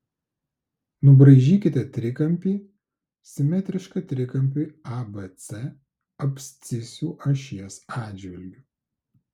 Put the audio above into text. nubraižykite trikampį simetrišką trikampiui abc abscisių ašies atžvilgiu